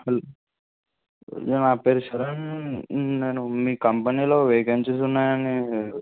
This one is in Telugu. హలో నా పేరు శరణ్ నేను మీ కంపెనీలో వేకెన్సీస్ ఉన్నాయని